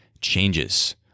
changes